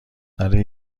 برای